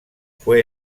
fue